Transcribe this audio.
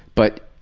but